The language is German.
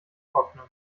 trocknen